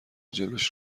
جلوش